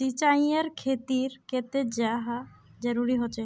सिंचाईर खेतिर केते चाँह जरुरी होचे?